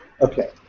Okay